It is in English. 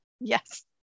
Yes